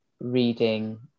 reading